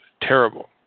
Terrible